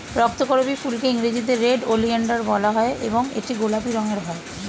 রক্তকরবী ফুলকে ইংরেজিতে red oleander বলা হয় এবং এটি গোলাপি রঙের হয়